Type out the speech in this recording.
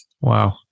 Wow